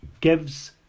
gives